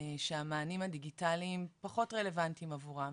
שהמענים הדיגיטליים פחות רלוונטיים עבורם,